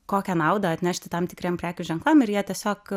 kokią naudą atnešti tam tikriems prekių ženklams ir jie tiesiog